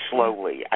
Slowly